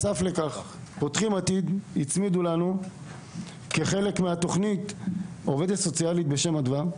"פותחים עתיד" הצמידו לנו כחלק מהתוכנית עובדת סוציאלית בשם אדווה,